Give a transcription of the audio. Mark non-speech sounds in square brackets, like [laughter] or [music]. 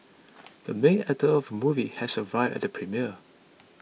[noise] the main actor of movie has arrived at the premiere